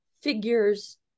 figures